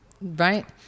Right